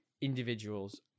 individuals